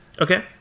okay